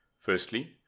Firstly